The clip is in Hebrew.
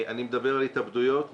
אני מדבר על התאבדויות,